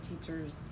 teachers